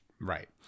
Right